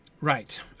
right